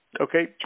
Okay